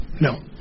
no